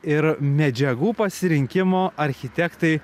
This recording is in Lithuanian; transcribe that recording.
ir medžiagų pasirinkimo architektai